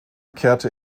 kehrte